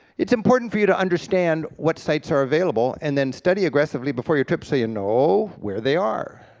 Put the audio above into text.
it's important for you to understand what sites are available and then study aggressively before your trip so you know where they are.